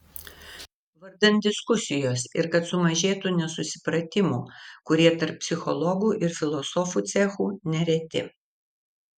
vardan diskusijos ir kad sumažėtų nesusipratimų kurie tarp psichologų ir filosofų cechų nereti